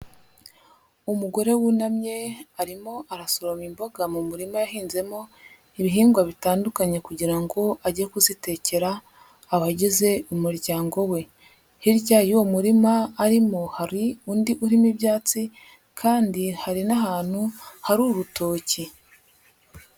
Umugore wunamye arimo arasoroma imboga mu murima yahinzemo ibihingwa bitandukanye kugira ngo ajye kuzitekera abagize umuryango we. Hirya y'uwo murima arimo hari undi urimo ibyatsi kandi hari n'ahantu hari urutoki.